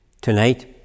tonight